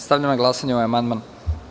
Stavljam na glasanje ovaj amandman.